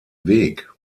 weg